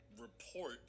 report